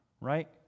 right